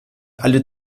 alle